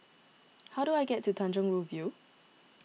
how do I get to Tanjong Rhu View